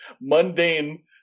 mundane